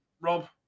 Rob